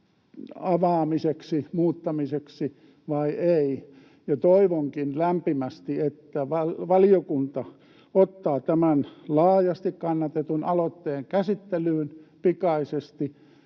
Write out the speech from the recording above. avaamiseksi ja muuttamiseksi vai eivät. Toivonkin lämpimästi, että valiokunta ottaa tämän laajasti kannatetun aloitteen käsittelyyn pikaisesti,